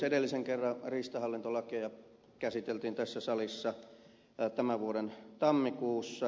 edellisen kerran riistahallintolakeja käsiteltiin tässä salissa tämän vuoden tammikuussa